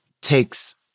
takes